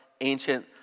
ancient